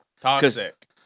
toxic